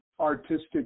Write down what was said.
artistic